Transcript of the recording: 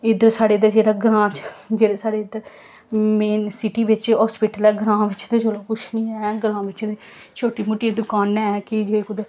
इद्धर साढ़े इद्धर जेह्ड़ा ग्रां च जेह्ड़ा साढ़े इद्धर मेन सिटी बिच्च हास्पिटल ऐ ग्रां बिच्च ते चलो कुछ निं ऐ ग्रां बिच्च ते छोटी मोटियां दकानां ऐं कि जे